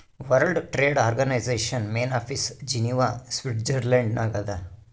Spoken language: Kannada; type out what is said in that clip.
world trade organization main office Geneva Switzerland ನಾಗ್ ಅದಾ